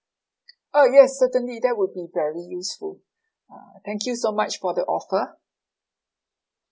oh yes certainly that would be very useful uh thank you so much for the offer